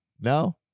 No